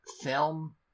film